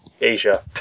Asia